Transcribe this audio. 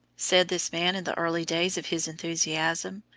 said this man in the early days of his enthusiasm,